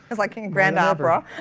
it's like in grand opera.